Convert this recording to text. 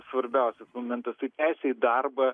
svarbiausius momentus tai teisė į darbą